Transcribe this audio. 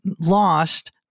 lost